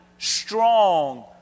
strong